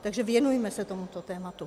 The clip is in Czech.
Takže se věnujme tomuto tématu.